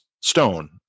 stone